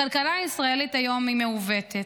הכלכלה הישראלית היום היא מעוותת.